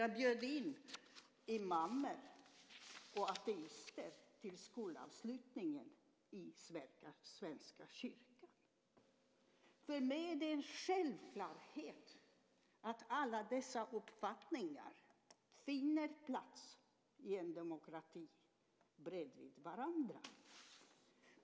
Jag bjöd in imamer och ateister till skolavslutning i Svenska kyrkan. För mig är det en självklarhet att alla dessa uppfattningar i en demokrati finner en plats bredvid varandra.